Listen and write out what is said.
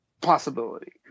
possibility